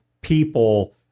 people